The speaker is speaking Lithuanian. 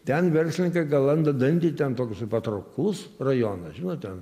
ten verslininkai galanda dantį ten toks patrauklus rajonas žinot ten